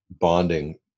bonding